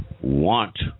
Want